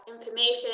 information